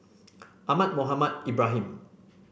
Ahmad Mohamed Ibrahim